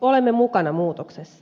olemme mukana muutoksessa